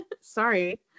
Sorry